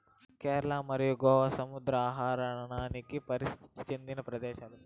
కేరళ మరియు గోవా సముద్ర ఆహారానికి ప్రసిద్ది చెందిన ప్రదేశాలు